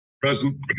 Present